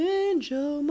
angel